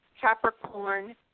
Capricorn